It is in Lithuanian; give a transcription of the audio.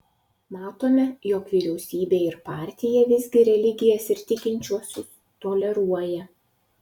matome jog vyriausybė ir partija visgi religijas ir tikinčiuosius toleruoja